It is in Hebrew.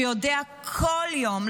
שיודע בכל יום,